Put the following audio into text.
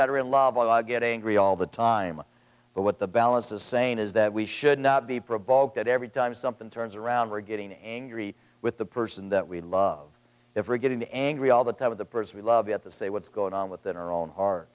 that are in love get angry all the time but what the balance is saying is that we should not be provoked at every time something turns around or getting angry with the person that we love if we're getting angry all the time of the person we love at the say what's going on within our own